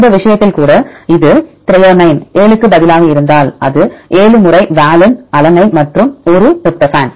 இந்த விஷயத்தில் கூட அது த்ரோயோனைன் 7 க்கு பதிலாக இருந்தால் அது 7 முறை வாலின் அலனைன் மற்றும் ஒரு டிரிப்டோபான்